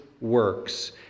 works